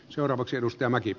arvoisa puhemies